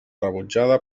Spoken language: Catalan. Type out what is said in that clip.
rebutjada